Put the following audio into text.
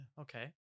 Okay